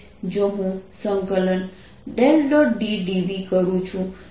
D dv કરું છું જે